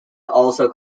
also